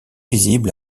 visible